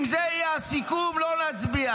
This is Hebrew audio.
אם זה יהיה הסיכום, לא נצביע.